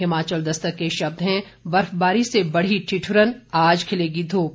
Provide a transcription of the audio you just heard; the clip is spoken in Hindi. हिमाचल दस्तक के शब्द हैं बर्फबारी से बढ़ी ठिदुरन आज खिलेगी धूप